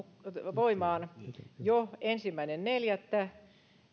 voimaan jo ensimmäinen neljättä